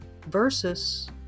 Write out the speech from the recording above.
versus